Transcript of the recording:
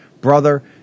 brother